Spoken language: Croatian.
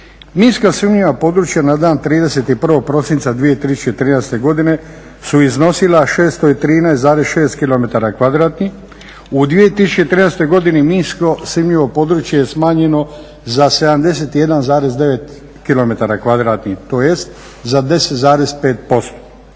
Minska sumnjiva područja na dan 31. prosinca 2013. godine su iznosila 613,6 kilometara kvadratnih, u 2013. godini minsko sumnjivo područje je smanjeno za 71,9 kilometara